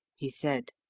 he said.